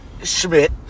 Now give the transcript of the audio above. Schmidt